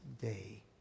day